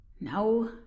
No